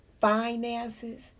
finances